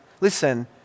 listen